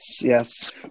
Yes